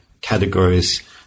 categories